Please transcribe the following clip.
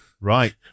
Right